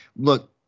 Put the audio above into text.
look